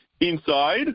inside